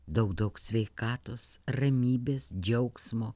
daug daug sveikatos ramybės džiaugsmo